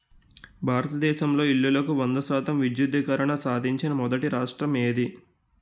భారతదేశంలో ఇల్లులకు వంద శాతం విద్యుద్దీకరణ సాధించిన మొదటి రాష్ట్రం ఏది?